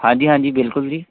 ਹਾਂਜੀ ਹਾਂਜੀ ਬਿਲਕੁਲ ਜੀ